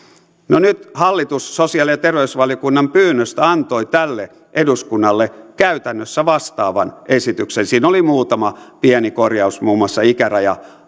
nyt hallitus sosiaali ja terveysvaliokunnan pyynnöstä antoi tälle eduskunnalle käytännössä vastaavan esityksen siinä oli muutama pieni korjaus muun muassa ikäraja